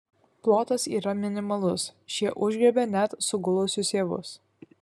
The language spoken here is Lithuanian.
plotas yra minimalus šie užgriebia net sugulusius javus